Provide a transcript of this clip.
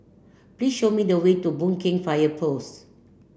please show me the way to Boon Keng Fire Post